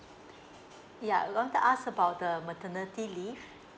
yeah I want to ask about the maternity leave